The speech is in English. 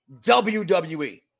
WWE